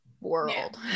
world